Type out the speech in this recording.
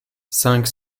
cinq